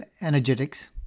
energetics